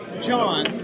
John